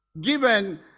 given